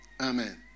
amen